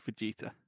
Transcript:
Vegeta